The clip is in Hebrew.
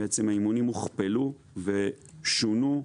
בעצם האימונים הוכפלו ושונו,